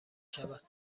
شود